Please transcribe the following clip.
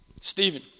Stephen